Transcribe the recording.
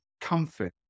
comfort